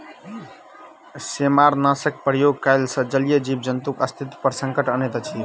सेमारनाशकक प्रयोग कयला सॅ जलीय जीव जन्तुक अस्तित्व पर संकट अनैत अछि